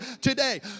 today